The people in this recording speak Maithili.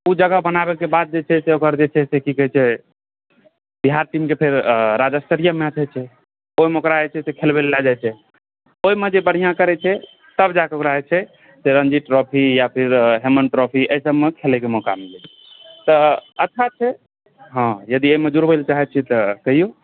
ओ जगह बनावैके बाद जे छै ई ओकर जे छै से की कहै छै बिहार टीमके फेर राज्यस्तरीय मैच होइ छै ओहिमे ओकरा जे छै से खेलबे लए लऽ जाइ छै ओहिमे जे बढ़िऑं करै छै तब जाकऽ ओकरा जे छै से रणजी ट्रॉफी या फेर हेमन्त ट्रॉफी एहि सभमे खेलैके मौका मिलै छै तऽ अच्छा छै हँ यदि एहिमे जुड़बै लए चाहै छियै तऽ कहिऔ